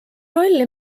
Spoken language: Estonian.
rolli